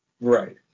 Right